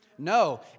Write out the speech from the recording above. No